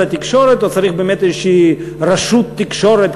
התקשורת או צריך באמת איזושהי רשות תקשורת,